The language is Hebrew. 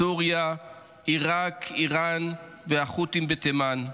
סוריה, עיראק, איראן והח'ותים בתימן.